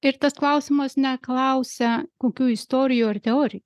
ir tas klausimas neklausia kokių istorijų ar teorijų